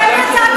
אתם יצרתם,